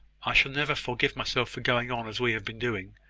i shall never forgive myself for going on as we have been doing.